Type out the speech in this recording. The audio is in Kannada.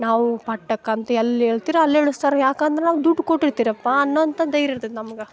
ನಾವು ಪಟಕ್ ಅಂತ ಎಲ್ಲಿ ಹೇಳ್ತೀರ ಅಲ್ಲಿ ಇಳಿಸ್ತಾರ್ ಯಾಕಂದ್ರೆ ನಾವು ದುಡ್ಡು ಕೊಟ್ಟಿರ್ತಿರಪ್ಪ ಅನ್ನೋವಂಥ ಧೈರ್ಯ ಇರ್ತೈತ ನಮ್ಗೆ